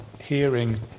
hearing